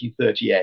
1938